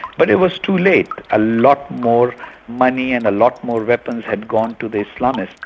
but it was too late. a lot more money, and a lot more weapons had gone to the islamists,